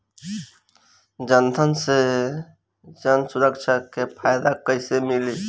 जनधन से जन सुरक्षा के फायदा कैसे मिली?